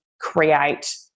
create